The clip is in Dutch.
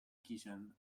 kiezen